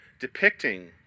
depicting